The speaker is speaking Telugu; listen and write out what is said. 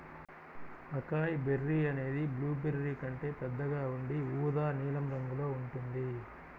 అకాయ్ బెర్రీ అనేది బ్లూబెర్రీ కంటే పెద్దగా ఉండి ఊదా నీలం రంగులో ఉంటుంది